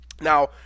Now